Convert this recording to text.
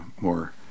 more